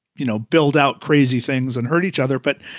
you know, build out crazy things and hurt each other. but,